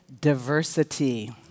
diversity